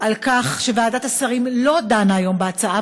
על כך שוועדת השרים לא דנה היום בהצעה,